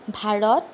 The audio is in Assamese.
ভাৰত